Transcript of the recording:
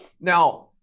now